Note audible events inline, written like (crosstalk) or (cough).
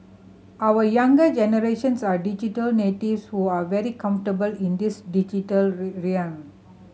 our younger generations are digital natives who are very comfortable in this digital (unintelligible) realm